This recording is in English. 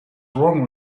wrong